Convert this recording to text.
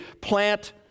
plant